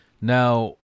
Now